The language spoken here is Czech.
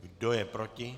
Kdo je proti?